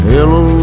Hello